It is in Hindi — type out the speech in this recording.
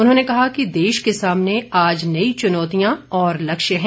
उन्होंने कहा कि देश के सामने आज नई चुनौतियां और लक्ष्य है